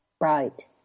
Right